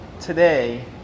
Today